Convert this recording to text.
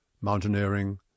mountaineering